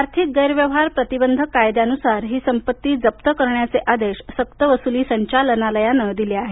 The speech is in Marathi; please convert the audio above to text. आर्थिक गैरव्यवहार प्रतिबंधक कायद्यानुसार ही संपत्ती जप्त करण्याचे आदेश सक्त वसुली संचालनालयानं दिले आहेत